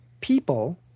people